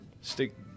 Stick